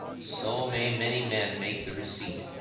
so may many men make the receipt.